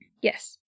Yes